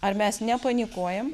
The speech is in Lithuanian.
ar mes nepanikuojam